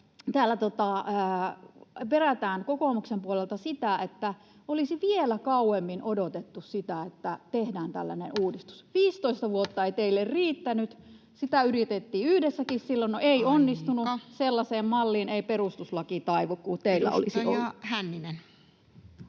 Täällä perätään kokoomuksen puolelta, että olisi vielä kauemmin odotettu sitä, että tehdään tällainen uudistus. 15 vuotta ei teille riittänyt, sitä yritettiin yhdessäkin silloin. [Puhemies: Aika!] No, ei onnistunut. Sellaiseen malliin ei perustuslaki taivu, mikä teillä olisi ollut.